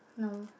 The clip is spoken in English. no